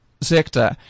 sector